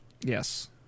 Yes